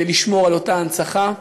כדי לשמור על אותה הנצחה.